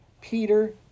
Peter